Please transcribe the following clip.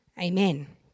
Amen